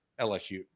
LSU